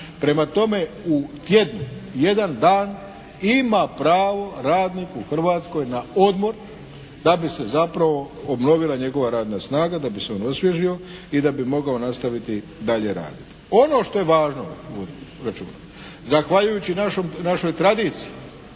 Prema tome, u tjednu jedan dan ima pravo radnik u Hrvatskoj na odmor da bi se zapravo obnovila njegova radna snaga, da bi se on osvježio i da bi mogao nastaviti dalje raditi. Ono što je važno zahvaljujući našoj tradiciji,